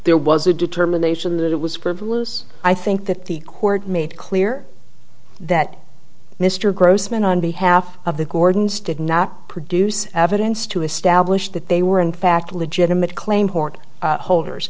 there was a determination that it was frivolous i think that the court made clear that mr grossman on behalf of the gordons did not produce evidence to establish that they were in fact legitimate claim port holders